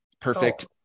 perfect